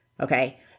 Okay